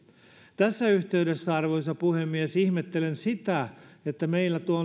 tässä yhteydessä arvoisa puhemies ihmettelen sitä että meillä